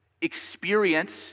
experience